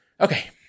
Okay